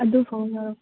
ꯑꯗꯨꯐꯥꯎꯕ